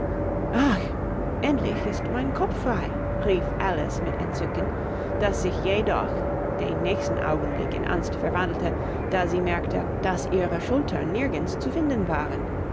endlich ist mein kopf frei rief alice mit entzücken das sich jedoch den nächsten augenblick in angst verwandelte da sie merkte daß ihre schultern nirgends zu finden waren